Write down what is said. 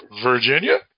Virginia